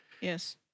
Yes